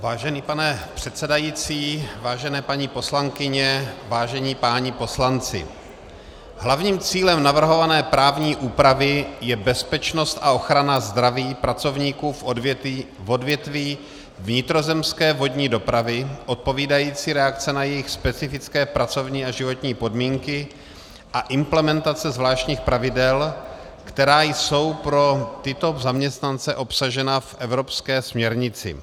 Vážený pane předsedající, vážené paní poslankyně, vážení páni poslanci, hlavním cílem navrhované právní úpravy je ochrana a bezpečnost zdraví pracovníků v odvětví vnitrozemské vodní dopravy, odpovídající reakce na jejich specifické pracovní a životní podmínky a implementace zvláštních pravidel, která jsou pro tyto zaměstnance obsažena v evropské směrnici.